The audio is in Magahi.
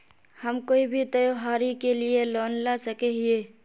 हम कोई भी त्योहारी के लिए लोन ला सके हिये?